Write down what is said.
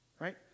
Right